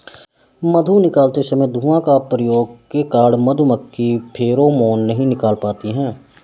मधु निकालते समय धुआं का प्रयोग के कारण मधुमक्खी फेरोमोन नहीं निकाल पाती हैं